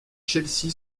chelsea